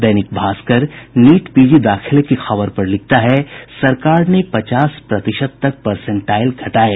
दैनिक Bhaskar NEET PG में दाखिले की खबर पर लिखता है सरकार ने पचास प्रतिशत तक परसेंटाईल घटाये